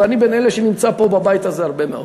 ואני בין אלה שנמצאים פה בבית הזה הרבה מאוד,